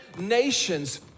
nations